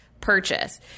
Purchase